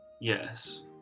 Yes